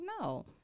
no